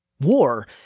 War